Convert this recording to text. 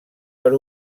per